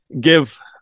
give